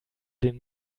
den